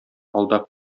алдап